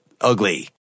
ugly